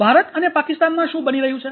ભારત અને પાકિસ્તાનમાં શું બની રહ્યું છે